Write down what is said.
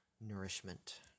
nourishment